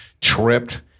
tripped